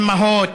אימהות,